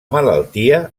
malaltia